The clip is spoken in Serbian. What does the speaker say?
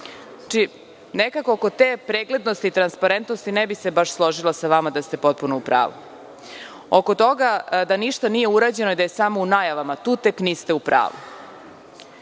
itd. Oko te preglednosti i transparentnosti ne bih se baš složila sa vama da ste potpuno u pravu. Oko toga da ništa nije urađeno i da je samo u najavama, tu tek niste u pravu.